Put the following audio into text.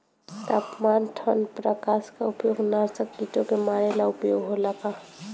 तापमान ठण्ड प्रकास का उपयोग नाशक कीटो के मारे ला उपयोग होला का?